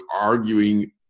arguing